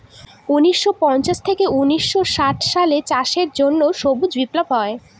উনিশশো পঞ্চাশ থেকে উনিশশো ষাট সালে চাষের জন্য সবুজ বিপ্লব হয়